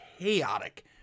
chaotic